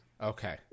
Okay